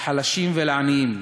לחלשים ולעניים.